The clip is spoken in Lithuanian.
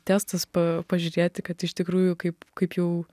testas pa pažiūrėti kad iš tikrųjų kaip kaip jau